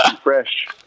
Fresh